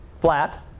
flat